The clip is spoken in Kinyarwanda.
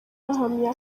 ahamya